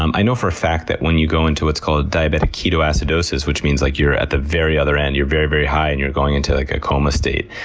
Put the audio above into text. um i know for a fact that when you go into what's called diabetic ketoacidosis, which means like you're at the very other end, you're very, very high and you're going into like a coma state,